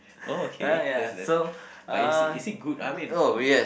okay yes yes but is is it good I mean from